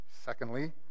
Secondly